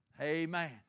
Amen